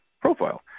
profile